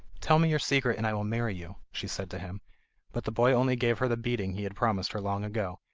tell me your secret and i will marry you she said to him but the boy only gave her the beating he had promised her long ago,